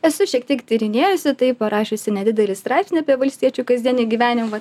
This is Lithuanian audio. esu šiek tiek tyrinėjusi tai parašiusi nedidelį straipsnį apie valstiečių kasdienį gyvenimą